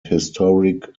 historic